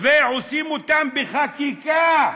ועושים אותן בחקיקה,